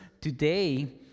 today